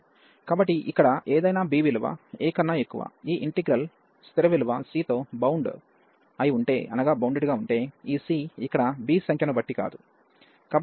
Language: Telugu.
కాబట్టి ఇక్కడ ఏదైనా b విలువ a కన్నా ఎక్కువ ఈ ఇంటిగ్రల్ స్థిర విలువ C తో బౌండ్ అయి ఉంటే ఈ C ఇక్కడ b సంఖ్యను బట్టి కాదు